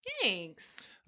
Thanks